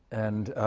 and